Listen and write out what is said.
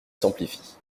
s’amplifie